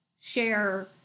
share